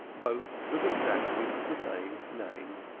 both with exactly the same name.